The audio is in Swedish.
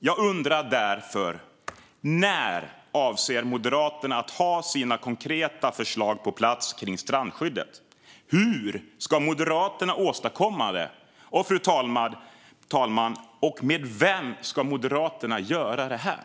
Jag undrar därför: När avser Moderaterna att ha sina konkreta förslag kring strandskyddet på plats? Hur ska Moderaterna åstadkomma det? Och, fru talman, med vem ska Moderaterna göra det här?